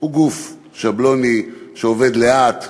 הוא גוף שבלוני, שעובד לאט,